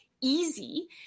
easy